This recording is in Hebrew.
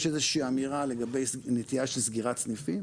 יש איזה שהיא אמירה לגבי נטייה של סגירת סניפים.